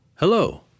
Hello